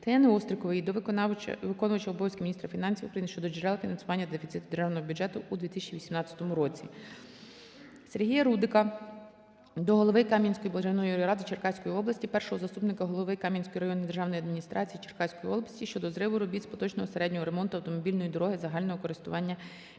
Тетяни Острікової до виконувача обов'язків міністра фінансів України щодо джерел фінансування дефіциту державного бюджету у 2018 році. Сергія Рудика до Голови Кам'янської районної ради Черкаської області, Першого заступника голови Кам'янської районної державної адміністрації Черкаської області щодо зриву робіт з поточного середнього ремонту автомобільної дороги загального користування місцевого